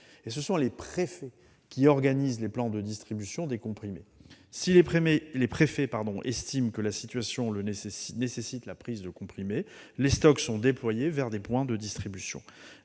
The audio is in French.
Ce sont les préfets qui organisent les plans de distribution des comprimés. S'ils estiment que la situation nécessite la prise de comprimés, les stocks sont déployés vers des points de distribution.